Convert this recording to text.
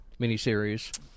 miniseries